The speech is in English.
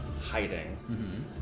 hiding